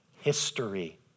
history